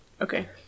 Okay